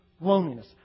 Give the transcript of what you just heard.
loneliness